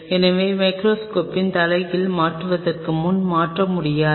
எனவே மைக்ரோஸ்கோப்பில் தலைகீழாக மாற்றுவதற்கு முன் மாற்ற முடியாது